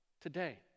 today